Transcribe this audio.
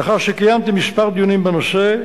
לאחר שקיימתי כמה דיונים בנושא,